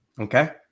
Okay